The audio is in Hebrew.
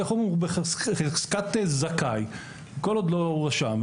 הוא בחזקת זכאי כל עוד לא הואשם.